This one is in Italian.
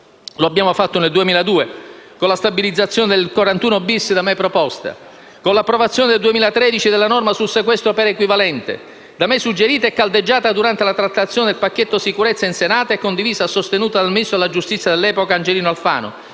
Lo abbiamo fatto nel 2002, con la stabilizzazione dell'articolo 41-*bis* da me proposta, e con l'approvazione, nel 2013, della norma sul sequestro per equivalente, da me suggerita e caldeggiata durante la trattazione del pacchetto sicurezza in Senato, e condivisa e sostenuta dal ministro della giustizia dell'epoca, Angelino Alfano,